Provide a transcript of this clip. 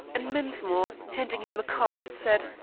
and mensmore, handing him a card, said,